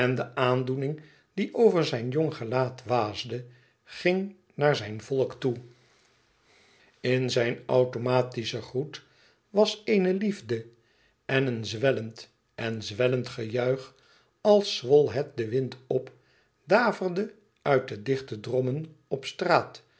de aandoening die over zijn jong gelaat waasde ging naar zijn volk toe in zijn automatischen groet was eene liefde en een zwellend en zwellend gejuich als zwol het de wind op daverde uit de dichte drommen op straat